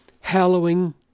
hallowing